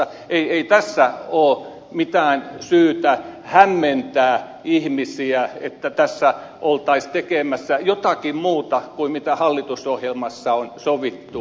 ei tässä ole mitään syytä hämmentää ihmisiä että tässä oltaisiin tekemässä jotakin muuta kuin mitä hallitusohjelmassa on sovittu